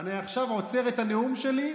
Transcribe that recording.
אני עכשיו עוצר את הנאום שלי,